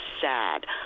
sad